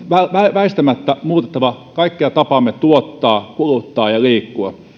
väistämättä muutettava kaikkea tapaamme tuottaa kuluttaa ja liikkua